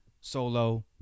Solo